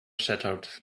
shattered